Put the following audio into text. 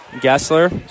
Gessler